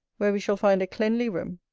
where we shall find a cleanly room,